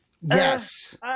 yes